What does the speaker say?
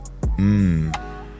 Mmm